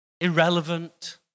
irrelevant